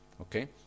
Okay